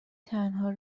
تنها